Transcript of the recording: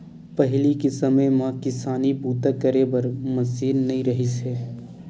पहिली के समे म किसानी बूता करे बर मसीन नइ रिहिस हे